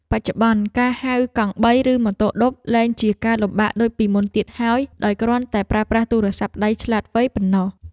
បច្ចុប្បន្នការហៅកង់បីឬម៉ូតូឌុបលែងជាការលំបាកដូចពីមុនទៀតហើយដោយគ្រាន់តែប្រើប្រាស់ទូរស័ព្ទដៃឆ្លាតវៃប៉ុណ្ណោះ។